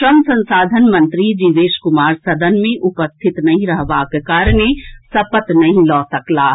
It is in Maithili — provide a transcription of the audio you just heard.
श्रम संसाधन मंत्री जीवेश कुमार सदन मे उपस्थित नहि रहबाक कारणे सपत नहि लऽ सकलाह